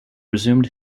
resumed